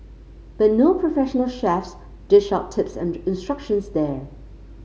but no professional chefs dish out tips and instructions there